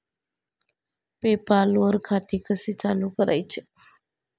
पे पाल वर खाते कसे चालु करायचे